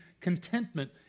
contentment